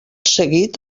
seguit